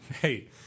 Hey